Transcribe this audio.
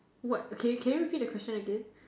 what can can you repeat the question again